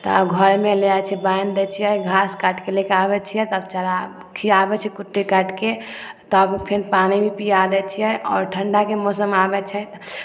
तऽ घरमे ले आइ छिए बान्हि दै छिए घास काटिके लेके आबै छिए तब चारा खिआबै छिए कुट्टी काटिके तब फिन पानी भी पिआ दै छिए आओर ठण्डाके मौसम आबै छै